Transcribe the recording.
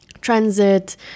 Transit